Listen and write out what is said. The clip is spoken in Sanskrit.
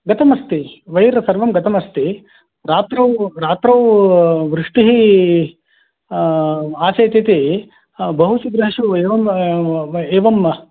गतमस्ति वैर् सर्वं गतमस्ति रात्रौ रात्रौ वृष्टिः आसीत् इति बहुषु गृहेषु एवं एवं